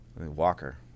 Walker